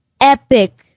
epic